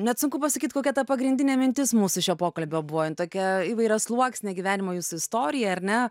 net sunku pasakyt kokia ta pagrindinė mintis mūsų šio pokalbio buvo ji tokia įvairiasluoksnė gyvenimo jūsų istorija ar ne